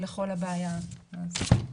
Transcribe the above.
לכל הבעיה הזו.